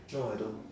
no I don't